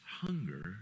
hunger